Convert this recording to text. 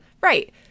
Right